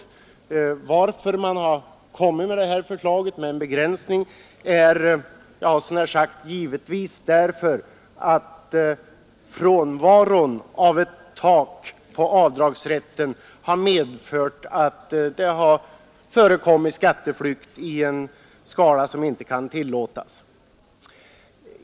Anledningen till att regeringen kommit med förslag om en begränsning är — jag hade så när sagt givetvis — att frånvaron av ett tak för avdragsrätten har medfört skatteflykt i en skala som inte kan tillåtas.